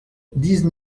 dix